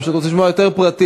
הם פשוט רוצים לשמוע יותר פרטים.